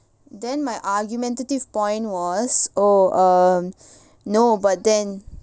then my argumentative point was oh uh no but then